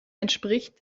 entspricht